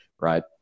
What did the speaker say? Right